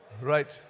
right